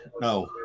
no